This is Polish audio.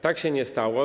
Tak się nie stało.